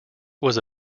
was